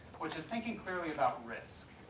which is thinking clearly about risk.